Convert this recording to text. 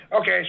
Okay